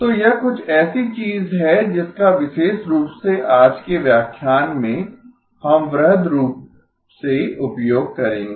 तो यह कुछ ऐसी चीज है जिसका विशेष रूप से आज के व्याख्यान में हम वृहद रूप से उपयोग करेंगें